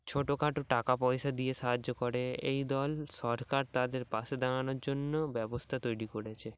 ছোটখাটো টাকা পয়সা দিয়ে সাহায্য করে এই দল সরকার তাদের পাশে দাঁড়ানোর জন্য ব্যবস্থা তৈরি করেছে